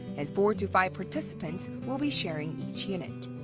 and four to five participants will be sharing each unit.